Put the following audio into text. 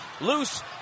loose